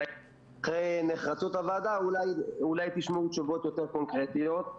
אחרי נחרצות הוועדה אולי תשמעו תשובות יותר קונקרטיות.